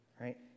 right